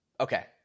Okay